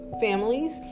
families